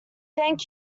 thank